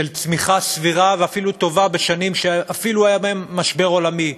של צמיחה סבירה ואפילו טובה בשנים שאפילו היה בהן משבר עולמי,